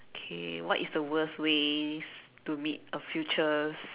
okay what is the worst ways to meet a future